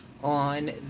On